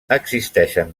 existeixen